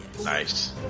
Nice